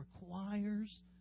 requires